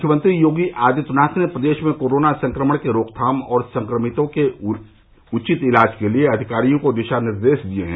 मुख्यमंत्री योगी आदित्यनाथ ने प्रदेश में कोरोना संक्रमण के रोकथाम और संक्रमितों के उचित इलाज के लिये अधिकारियों को दिशा निर्देश दिये है